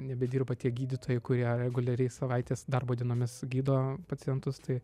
nebedirba tie gydytojai kurie reguliariai savaitės darbo dienomis gydo pacientus tai